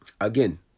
again